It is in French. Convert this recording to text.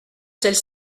celle